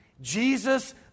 Jesus